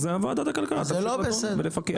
אז ועדת הכלכלה תחשוב על זה ותפקח.